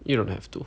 you don't have to